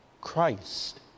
Christ